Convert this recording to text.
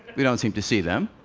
we don't seem to see them.